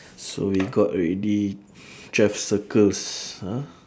so we got already twelve circles ah